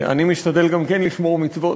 אני משתדל גם כן לשמור מצוות,